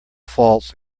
faults